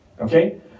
Okay